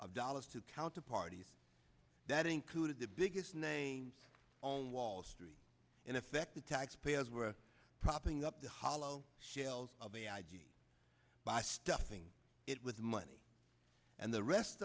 of dollars to counter parties that included the biggest names on wall street in effect the taxpayers were propping up the hollow shells of the id by stuffing it with money and the rest